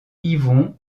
yvon